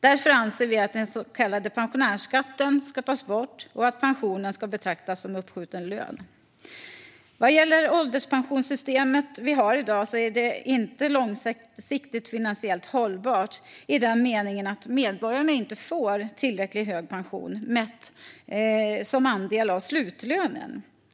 Därför anser vi att den så kallade pensionärsskatten ska tas bort och att pensionen ska betraktas som uppskjuten lön. Ålderspensionssystemet vi har i dag är inte långsiktigt finansiellt hållbart i den meningen att medborgarna inte får tillräckligt hög pension, mätt som andel av slutlönen.